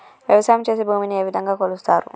వ్యవసాయం చేసి భూమిని ఏ విధంగా కొలుస్తారు?